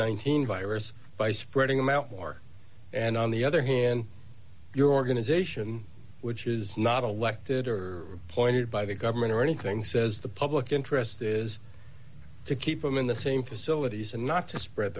nineteen virus by spreading them out more and on the other hand your organization which is not aleck did or pointed by the government or anything says the public interest is to keep them in the same facilities and not to spread